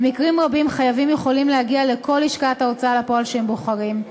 במקרים רבים חייבים יכולים להגיע לכל לשכת הוצאה לפועל שהם בוחרים.